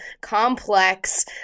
complex